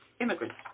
immigrants